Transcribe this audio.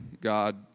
God